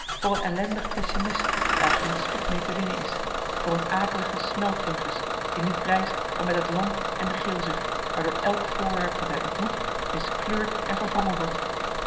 voor een ellendig pessimist daar geen spit mee te winnen is voor een akeligen smelfungus die niet reist dan met het land en de geelzucht waardoor elk voorwerp dat hij ontmoet miskleurd en verwrongen wordt